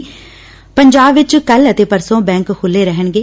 ਪੰਜਾਬ ਵਿਚ ਕੱਲੁ ਅਤੇ ਪਰਸੋ ਬੈਂਕ ਖੁੱਲੁੇ ਰਹਿਣਗੇ